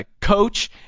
coach